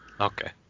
Okay